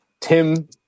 Tim